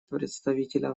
представителя